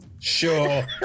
Sure